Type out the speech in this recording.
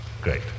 Great